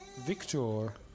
Victor